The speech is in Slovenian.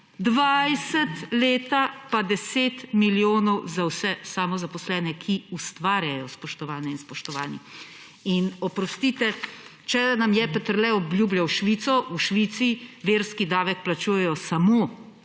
2020 pa 10 milijonov za vse samozaposlene, ki ustvarjajo, spoštovane in spoštovani. Oprostite, če nam je Peterle obljubljal Švico, v Švici verski davek plačujejo samo